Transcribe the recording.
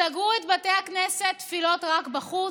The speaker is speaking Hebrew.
סגרו את בתי הכנסת, תפילות רק בחוץ,